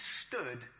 stood